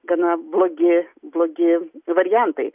gana blogi blogi variantai